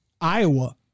Iowa